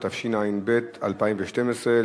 התשע"ב 2012,